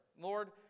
Lord